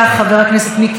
חבר הכנסת עמיר פרץ,